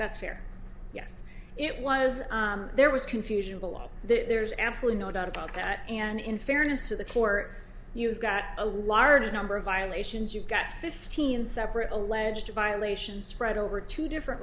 that's fair yes it was there was confusion below there's absolutely no doubt about that and in fairness to the court you've got a large number of violations you've got fifteen separate alleged violations spread over two different